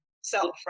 self